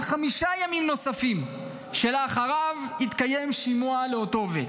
חמישה ימים נוספים שלאחריו יתקיים שימוע לאותו עובד.